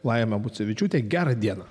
laima bucevičiūtė gera diena